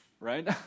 right